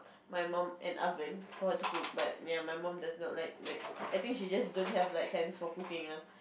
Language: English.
my mom an oven for her to cook but ya my mom does not like like I think she just don't have the hands for cooking ya